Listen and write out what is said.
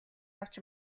авч